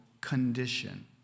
condition